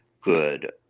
good